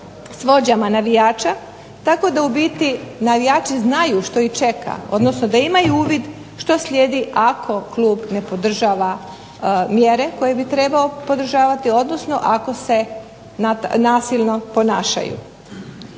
s vođama navijača tako da u biti navijači znaju što ih čeka odnosno da imaju uvid što slijedi ako klub ne podržava mjere koje bi trebao podržavati odnosno ako se nasilno ponašaju.